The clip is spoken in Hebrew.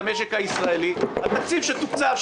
את המשק הישראלי על תקציב שתוקצב,